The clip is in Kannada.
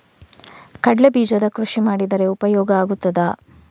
ಕಡ್ಲೆ ಬೀಜದ ಕೃಷಿ ಮಾಡಿದರೆ ಉಪಯೋಗ ಆಗುತ್ತದಾ?